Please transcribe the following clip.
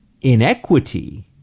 inequity